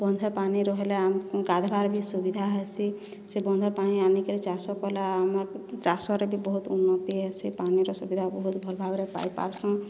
ବନ୍ଧେ ପାନି ରହେଲେ ଆମ ଗାଧେଇବାରେ ବି ସୁବିଧା ହେସି ସେ ବନ୍ଧେ ପାନି ଆଣିକରି ଚାଷ କଲେ ଆମକୁ ଚାଷରେ ବି ବହୁତ୍ ଉନ୍ନତି ହେସି ପାଣିର ସୁବିଧା ବହୁତ୍ ଭଲ୍ ଭାବରେ ପାଇ ପାର୍ସୁଁ